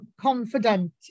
confident